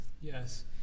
Yes